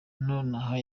nonaha